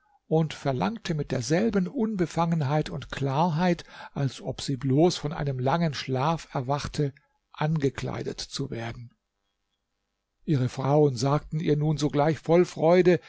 und verlangte mit derselben unbefangenheit und klarheit als ob sie bloß von einem langen schlaf erwachte angekleidet zu werden ihre frauen sagten ihr nun sogleich voll freude